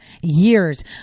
years